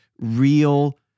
real